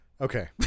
Okay